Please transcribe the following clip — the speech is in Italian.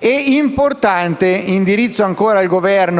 è importante - indirizzo ancora un appello